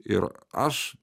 ir aš